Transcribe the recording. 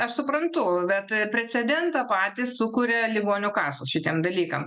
aš suprantu bet precedentą patys sukuria ligonių kasos šitiem dalykam